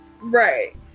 Right